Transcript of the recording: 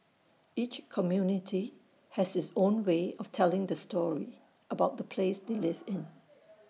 each community has its own way of telling the story about the place they live in